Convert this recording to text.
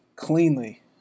cleanly